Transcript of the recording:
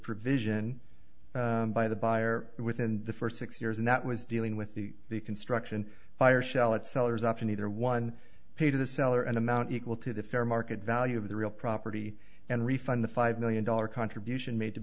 provision by the buyer within the first six years and that was dealing with the the construction buyer shell it sellers option either one paid to the seller an amount equal to the fair market value of the real property and refund the five million dollar contribution made